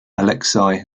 alexei